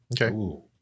Okay